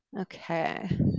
Okay